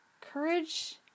Courage